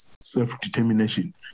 self-determination